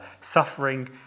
suffering